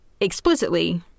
explicitly